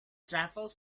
travels